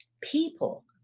People